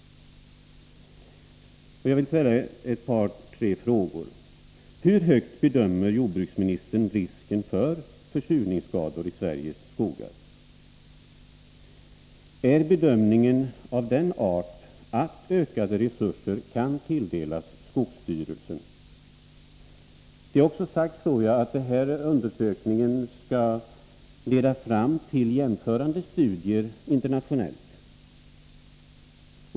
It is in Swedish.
Hur stor bedömer jordbruksministern risken för försurningsskador i Sveriges skogar vara? Är bedömningen av den arten att ökade resurser kan tilldelas skogsstyrelsen? Jag tror att det också har sagts att den här undersökningen skall leda fram till jämförande studier internationellt.